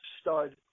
stud